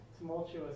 tumultuous